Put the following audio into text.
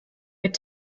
mit